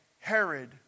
Herod